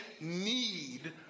need